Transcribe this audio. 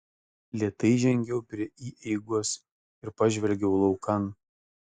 lėtai žengiau prie įeigos ir pažvelgiau laukan